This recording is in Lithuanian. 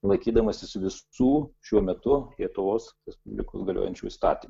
laikydamasis visų šiuo metu lietuvos respublikos galiojančių įstatymų